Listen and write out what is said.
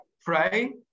pray